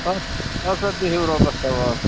اَدٕ سا اَدٕ سا بِہِو رۅبَس حَوال